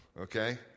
okay